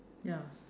ya